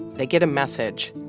they get a message,